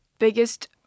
biggest